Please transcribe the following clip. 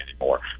anymore